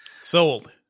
Sold